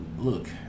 Look